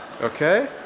okay